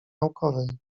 naukowej